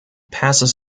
passes